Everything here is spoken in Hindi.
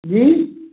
जी